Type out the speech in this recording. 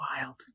wild